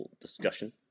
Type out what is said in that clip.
discussion